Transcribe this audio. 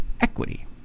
equity